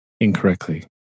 incorrectly